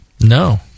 No